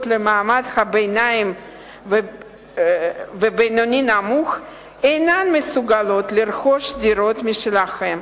למעמד הבינוני והבינוני-נמוך אינם מסוגלים לרכוש דירות משלהם.